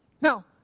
Now